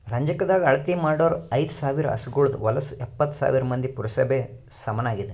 ರಂಜಕದಾಗ್ ಅಳತಿ ಮಾಡೂರ್ ಐದ ಸಾವಿರ್ ಹಸುಗೋಳದು ಹೊಲಸು ಎಪ್ಪತ್ತು ಸಾವಿರ್ ಮಂದಿಯ ಪುರಸಭೆಗ ಸಮನಾಗಿದೆ